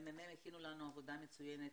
הממ"מ הכינו לנו עבודה מצוינת,